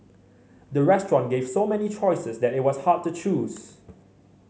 the restaurant gave so many choices that it was hard to choose